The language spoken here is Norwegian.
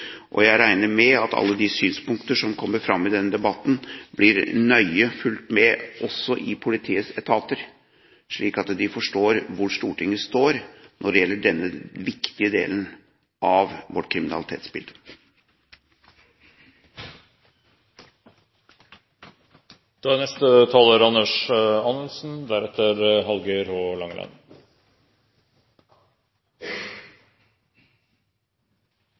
og i Politidirektoratet. Jeg regner med at alle de synspunkter som kommer fram i denne debatten, nøye blir fulgt med også i politiets etater, slik at de forstår hvor Stortinget står når det gjelder denne viktige delen av vårt